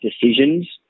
Decisions